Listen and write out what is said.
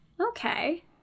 Okay